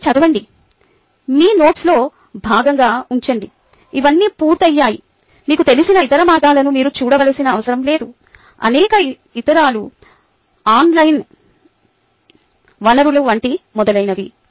వెళ్లి చదవండి మీ నోట్స్లో భాగంగా ఉంచండి ఇవన్నీ పూర్తయ్యాయి మీకు తెలిసిన ఇతర మార్గాలను మీరు చూడవలసిన అవసరం లేదు అనేక ఇతరాలు ఆన్లైన్ వనరులు వంటి మొదలైనవి